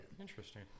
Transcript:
interesting